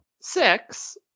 six